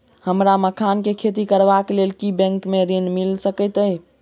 हमरा मखान केँ खेती करबाक केँ लेल की बैंक मै ऋण मिल सकैत अई?